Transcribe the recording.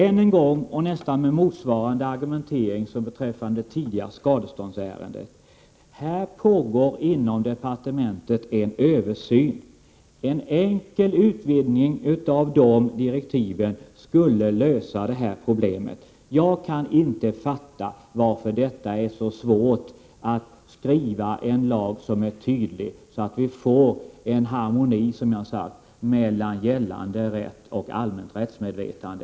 Än en gång och med nästan motsvarande argumentering som beträffande tidigare skadeståndsärenden vill jag säga att det inom departementet pågår en översyn och att en enkel utvidgning av direktiven skulle lösa detta problem. Jag kan inte fatta varför det är så svårt att skriva en lag som är tydlig, så att det skapas en harmoni mellan gällande rätt och allmänt rättsmedvetande.